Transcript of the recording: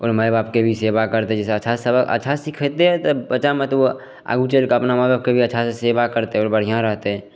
आओर माइबापके भी सेवा करतै जाहिसे अच्छा अच्छा सिखेतै तब बच्चामे तऽ आगू चलिके अपना माइबापके अच्छासे सेवा करतै आओर बढ़िआँ रहतै